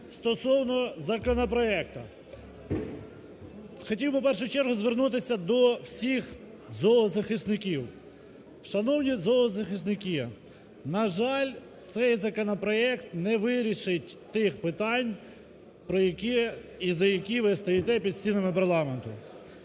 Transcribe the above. стосовно законопроекту. Хотів би, в першу чергу звернутися до всіх зоозахисників. Шановні зоозахисники, на жаль, цей законопроект не вирішить тих питань, про які і за які ви стоїте під стінами парламенту.